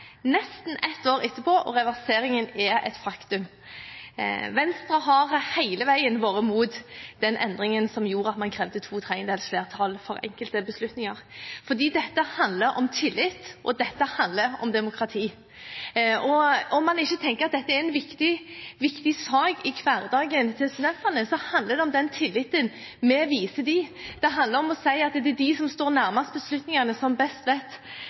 nesten ett år etterpå, og reverseringen er et faktum. Venstre har hele veien vært imot den endringen som gjorde at man krevde to tredjedels flertall for enkelte beslutninger, for dette handler om tillit, og dette handler om demokrati. Og om man ikke tenker at dette er en viktig sak i hverdagen til studentene, så handler det om den tilliten vi viser dem, det handler om å si at det er de som står nærmest beslutningene, som best vet